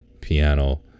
piano